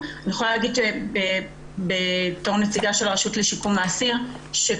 שאני מבינה שהאחריות המשפטית כאן היא אצלו,